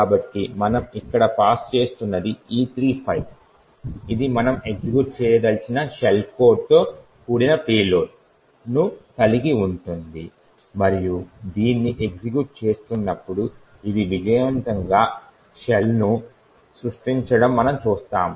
కాబట్టి మనం ఇక్కడ పాస్ చేస్తున్నది E3 ఫైల్ ఇది మనం ఎగ్జిక్యూట్ చేయదలిచిన షెల్ కోడ్తో కూడిన పేలోడ్ను కలిగి ఉంటుంది మరియు దీన్ని ఎగ్జిక్యూట్ చేస్తున్నప్పుడు అది విజయవంతంగా షెల్ను సృష్టించడం మనం చూస్తాము